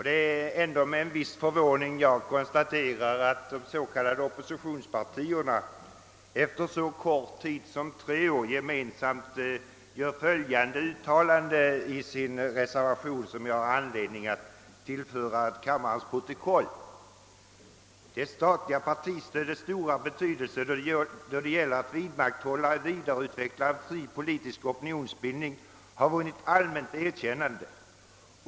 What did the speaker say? Det är med en viss förvåning jag konstaterar att de s.k. oppositionspartierna efter en så kort tid som tre år gemensamt gör följande uttalande i sin reservation som jag tycker det finns anledning tillföra kammarens protokoll: »Det statliga partistödets stora betydelse, då det gäller att vidmakthålla och vidareutveckla en fri politisk opinionsbildning, har vunnit allmänt erkännande.